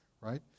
right